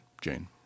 Jane